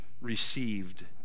received